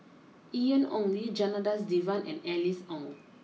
Ian Ong Li Janadas Devan and Alice Ong